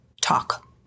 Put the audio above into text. talk